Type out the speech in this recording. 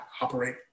operate